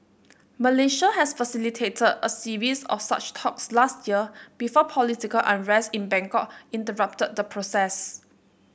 Malaysia has facilitated a series of such talks last year before political unrest in Bangkok interrupted the process